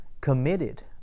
committed